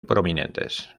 prominentes